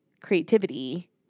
creativity